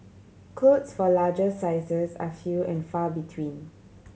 clothes for larger sizes are few and far between